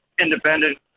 independent